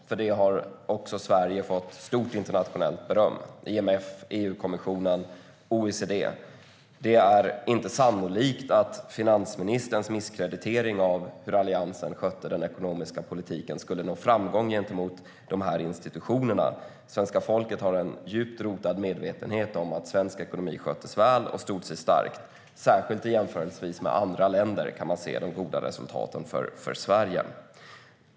Sverige har också fått mycket internationellt beröm för det - av IMF, EU-kommissionen och OECD. Det är inte sannolikt att finansministerns misskreditering av hur Alliansen skötte den ekonomiska politiken skulle nå framgång gentemot de institutionerna. Svenska folket har en djupt rotad medvetenhet om att svensk ekonomi sköttes väl och stod stark. Särskilt i jämförelse med andra länder kan man se Sveriges goda resultat.